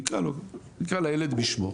נקרא לילד בשמו.